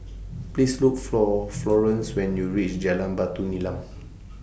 Please Look For Florence when YOU REACH Jalan Batu Nilam